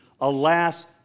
Alas